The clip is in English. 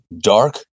Dark